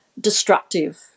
destructive